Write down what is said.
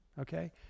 okay